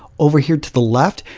over here to the left,